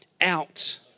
out